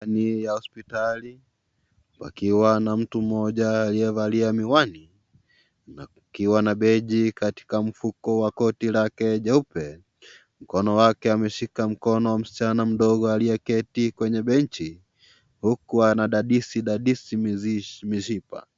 Mandhari ni ya hospitali wakiwa na mtu mmoja aliyevalia miwani na kukiwa na beji katika mfuko wa koti lake jeupe mkono wake ameshika mkono wa msichana mdogo aliyeketi kwenye benchi huku anadadisidadisi mizipa.